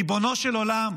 ריבונו של עולם,